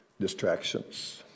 Distractions